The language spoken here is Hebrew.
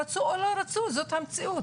רצו או לא רצו, זאת המציאות.